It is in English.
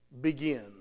begin